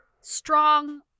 strong